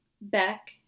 Beck